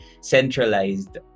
centralized